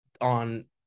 on